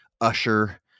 Usher